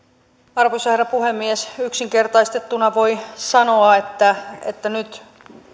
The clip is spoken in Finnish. arvoisa herra puhemies yksinkertaistettuna voi sanoa että että nyt